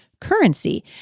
currency